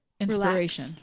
Inspiration